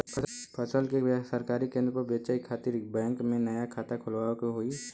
फसल के सरकारी केंद्र पर बेचय खातिर का बैंक में नया खाता खोलवावे के होई?